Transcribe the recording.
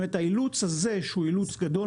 זאת אומרת האילוץ הזה שהוא אילוץ גדול